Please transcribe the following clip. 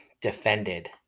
defended